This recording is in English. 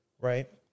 right